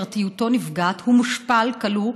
פרטיותו נפגעת, הוא מושפל, כלוא.